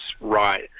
right